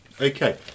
Okay